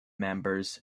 members